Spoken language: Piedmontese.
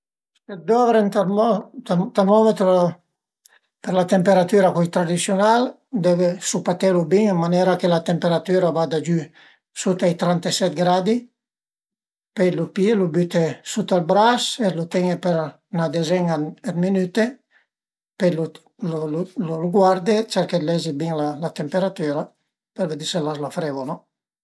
Se dovre ën termo termometro për la temperatüra cui tradisiunal deve supatelu bin ën manera che la temperatüra a vada giü, sut ai tranteset gradi, pöi lu pìe, lu büte sut al bras e lu ten-e për 'na dezen-a dë minüte, pöi lu lu guarde, cerche lezi bin la temperatüra për vëddi së l'as la freu o no